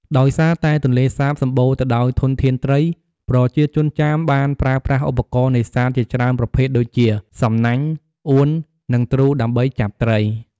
ដោយសារតែទន្លេសាបសម្បូរទៅដោយធនធានត្រី ប្រជាជនចាមបានប្រើប្រាស់ឧបករណ៍នេសាទជាច្រើនប្រភេទដូចជា សំណាញ់ អួន និងទ្រូ ដើម្បីចាប់ត្រី។